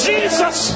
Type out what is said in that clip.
Jesus